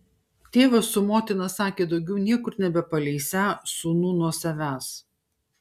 tėvas su motina sakė daugiau niekur nebepaleisią sūnų nuo savęs